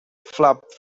flap